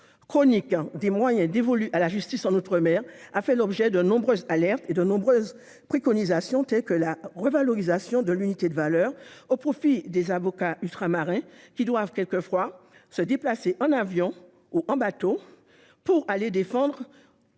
chronique des moyens dévolus à la justice en outre-mer a fait l'objet de nombreuses alertes et préconisations. Je prends l'exemple de la revalorisation de l'unité de valeur au profit des avocats ultramarins, qui doivent parfois se déplacer en avion ou en bateau pour aller défendre